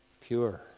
pure